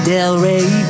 Delray